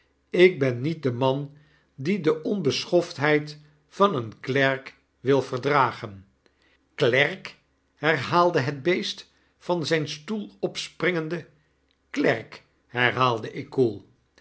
ik ben niet de man die de onbeschoftheid van een klerk wil verdragen klerk herhaalde het beest van zijn stoel opspringende klerk herhaalde ik koel